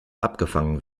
abgefangen